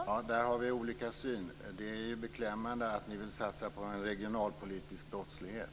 Fru talman! Vi har olika syn på detta. Det är beklämmande att ni vill satsa på en regionalpolitisk brottslighet.